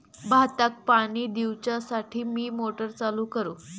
भाताक पाणी दिवच्यासाठी मी मोटर चालू करू?